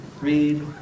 read